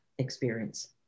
experience